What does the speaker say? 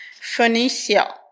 Phoenicia